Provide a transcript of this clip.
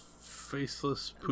faceless